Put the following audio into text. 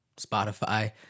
Spotify